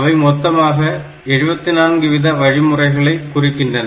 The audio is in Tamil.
அவை மொத்தமாக 74 வித வழிமுறைகளை குறிக்கின்றன